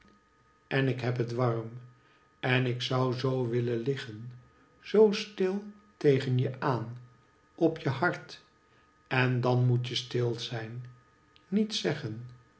en ik heb het warm en ik zoti zoo willen liggen zoo stil tegen je aan op je hart en dan moet je stil zijn niets zeggen